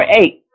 eight